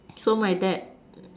so my dad